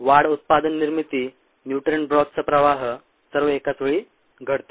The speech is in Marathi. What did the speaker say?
वाढ उत्पादन निर्मिती न्युट्रिअंट ब्रॉथचा प्रवाह सर्व एकाच वेळी घडते